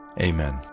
amen